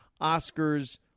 Oscars